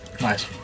Nice